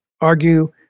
argue